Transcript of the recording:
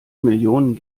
millionen